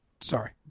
Sorry